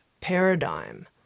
paradigm